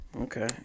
Okay